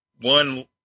one